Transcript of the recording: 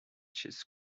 chess